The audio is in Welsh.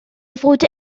fod